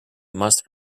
must